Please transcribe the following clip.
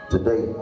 Today